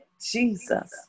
Jesus